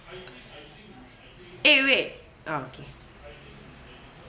eh wait okay